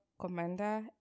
commander